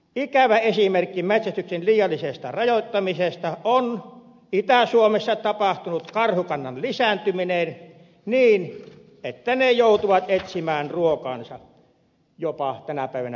ikävä esimerkki metsästyksen liiallisesta rajoittamisesta on itä suomessa tapahtunut karhukannan lisääntyminen niin että karhut joutuvat etsimään ruokansa tänä päivänä jopa pihapiireistä